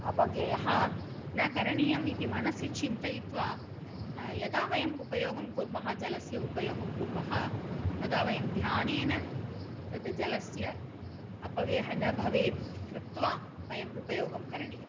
अपव्ययः न करणीयम् इति मनसि चिन्तयित्वा यदा वयम् उपयोगं कुर्मः जलस्य उपयोगं कुर्मः तदा वयं ध्यानेन तद् जलस्य अपव्ययः न भवेत् इति कृत्वा वयम् उपयोगं करणीयम्